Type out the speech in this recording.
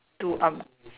to up~